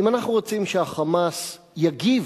אם אנחנו רוצים שה"חמאס" יגיב,